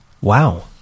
wow